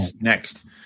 Next